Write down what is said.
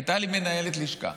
הייתה לי מנהלת לשכה.